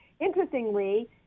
interestingly